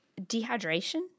Dehydration